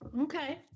Okay